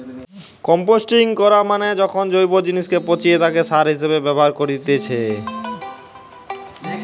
composting করা মানে যখন জৈব জিনিসকে পচিয়ে তাকে সার হিসেবে ব্যবহার করেতিছে